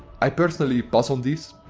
i personally pass on these,